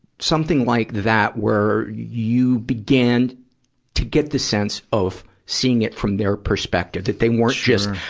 something like that where you began to get the sense of seeing it from their perspective, that they weren't just,